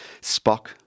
Spock